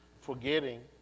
forgetting